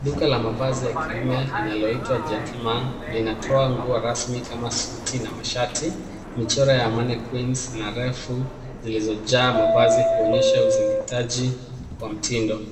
Duka la mavazi ya kiume linaloitwa GENTLEMAN linatoa nguo rasmi kama suti na mashati. Michoro ya manquins na rafu zilizojaa mavazi huonyesha uzingatiaji wa mtindo.